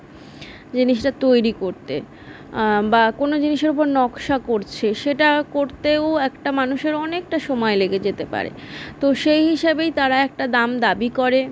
জিনিসটা তৈরি করতে বা কোনো জিনিসের ওপর নক্সা করছে সেটা করতেও একটা মানুষের অনেকটা সময় লেগে যেতে পারে তো সেই হিসাবেই তারা একটা দাম দাবী করে